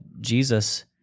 Jesus